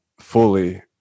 fully